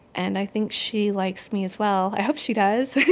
and i think she likes me, as well. i hope she does.